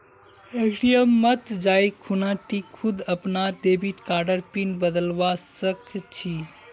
ATM मत जाइ खूना टी खुद अपनार डेबिट कार्डर पिन बदलवा सख छि